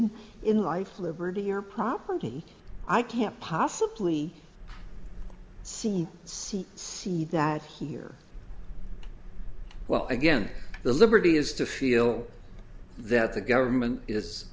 in in life liberty or property i can't possibly see see see that here well again the liberty is to feel that the government is